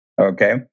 Okay